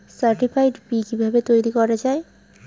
Certified বি কিভাবে তৈরি করা যায়?